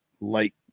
light